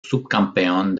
subcampeón